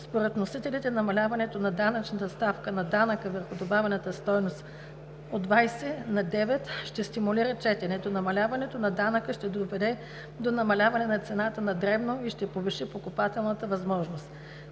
Според вносителите намаляването на данъчната ставка на данъка върху добавената стойност от 20% на 9% ще стимулира четенето. Намаляването на данъка ще доведе до намаляване на цената на дребно и ще повиши покупателната възможност.